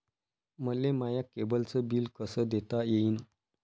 मले माया केबलचं बिल कस देता येईन?